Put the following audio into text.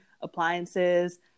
appliances